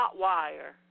Hotwire